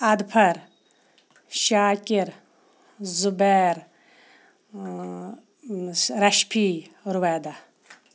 ادفر شاکر زُبیر رَشفی رُویدا